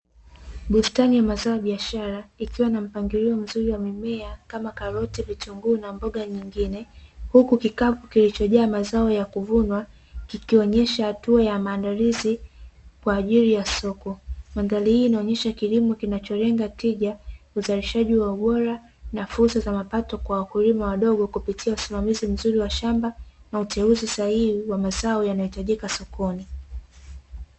Bustani ya mazao ya biashara, ikiwa na mpangilio mzuri wa mimea, kama; karoti, vitunguu na mboga nyingine, huku kikapu kilichojaa mazao ya kuvunwa kikionyesha hatua ya maandalizi kwa ajili ya soko. Mandhari hii inaonyesha kilimo kinacholenga tija, uzalishaji wa ubora na fursa za mapato kwa wakulima wadogo kupitia usimamizi mzuri wa shamba, na uteuzi sahihi wa mazao yanayohitajika sokoni.